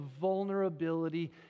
vulnerability